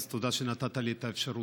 אז תודה שנתת לי את האפשרות.